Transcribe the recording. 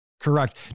Correct